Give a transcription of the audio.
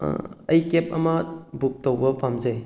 ꯑꯩ ꯀꯦꯞ ꯑꯃ ꯕꯨꯛ ꯇꯧꯕ ꯄꯥꯝꯖꯩ